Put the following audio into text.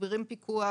מגבירים פיקוח,